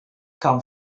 come